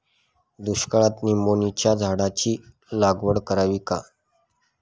दुष्काळात निंबोणीच्या झाडाची लागवड करावी का?